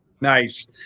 Nice